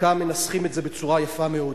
חלקם מנסחים את זה בצורה יפה מאוד.